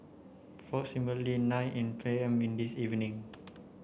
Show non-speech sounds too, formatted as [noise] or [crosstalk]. [unintelligible] nine P M in this evening